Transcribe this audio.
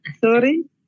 Sorry